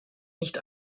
nicht